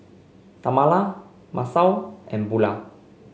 Tamala Masao and Bulah